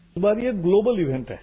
हमारा ये global event हैं